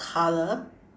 colour